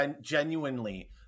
genuinely